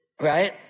Right